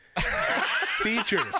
Features